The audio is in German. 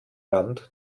wand